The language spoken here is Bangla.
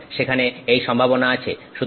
সুতরাং সেখানে এই সম্ভাবনা আছে